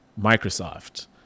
Microsoft